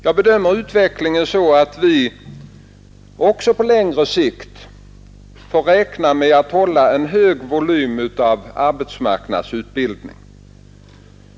Jag bedömer utvecklingen så, att vi också på längre sikt får räkna med att hålla en hög volym av arbetsmarknadsutbildning.